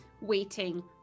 waiting